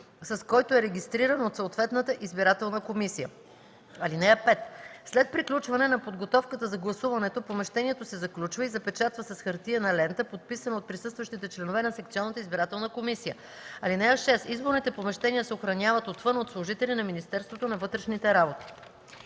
с който е регистриран от съответната избирателна комисия. (5) След приключване на подготовката за гласуването помещението се заключва и запечатва с хартиена лента, подписана от присъстващите членове на секционната избирателна комисия. (6) Изборните помещения се охраняват отвън от служители на Министерството на вътрешните работи.”